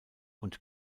und